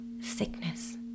sickness